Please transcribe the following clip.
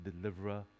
Deliverer